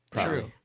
True